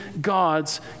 God's